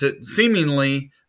seemingly